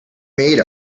made